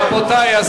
רבותי,